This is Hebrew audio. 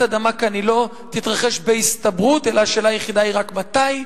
אדמה כאן לא תתרחש בהסתברות אלא השאלה היחידה היא מתי.